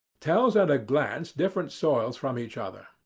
tells at a glance different soils from each other.